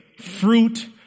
fruit